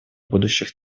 будущих